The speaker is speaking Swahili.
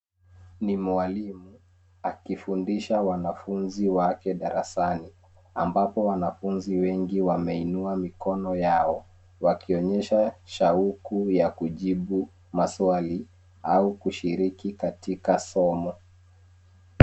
Ni mwalimu akifundisha wanafunzi wake darasani. Ambapo wanafunzi wengi wameinua mikono yao, wakionyesha shauku ya kujibu maswali au kushiriki katika somo.